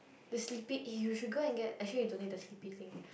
the sleepy eh you should go and get actually you don't need the sleepy thing